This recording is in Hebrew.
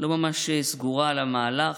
לא ממש סגורה על המהלך.